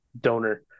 donor